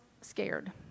scared